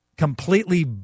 Completely